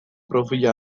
profila